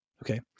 Okay